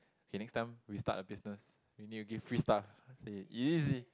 hey next time we start a business we need to give free stuff okay easy